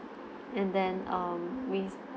and then um we